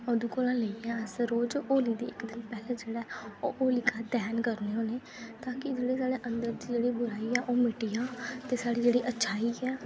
ओह्दे कोला लेइयै अस रोज होली दे इक दिन पैह्लै जेह्ड़ा ऐ ओह् होलिका दह्न करने होने ताकि जेह्ड़ी साढ़े अंदर च जेह्ड़े साढ़े बुराई ऐ ओह् मिटी जा ते साढ़ी जेह्ड़ी अच्छाई ऐ